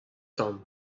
tan